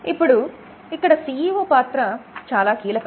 ఇప్పుడు ఇక్కడ CEO పాత్ర చాలా కీలకం